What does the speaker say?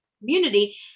community